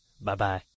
Bye-bye